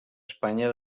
espanya